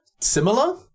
Similar